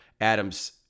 Adams